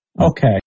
Okay